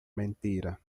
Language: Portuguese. mentira